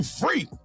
free